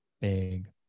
big